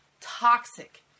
toxic